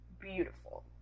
beautiful